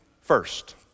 first